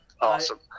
awesome